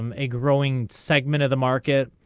um a growing segment of the market.